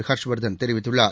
ஹர்ஷ் வர்தள் தெரிவித்துள்ளார்